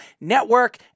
Network